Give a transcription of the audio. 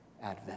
advent